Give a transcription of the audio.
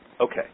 Okay